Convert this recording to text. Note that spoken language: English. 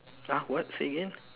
!huh! what say again